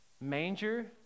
manger